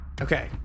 Okay